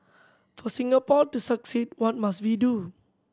for Singapore to succeed what must we do